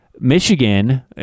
Michigan